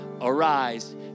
arise